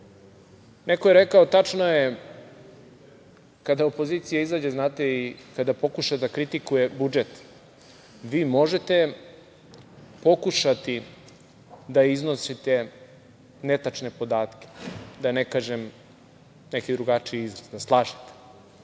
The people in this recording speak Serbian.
je rekao, tačno je da kada opozicija izađe i kada pokuša da kritikuje budžet. Vi možete pokušati da iznosite netačne podatke, da ne kažem neki drugačiji izraz, da slažete,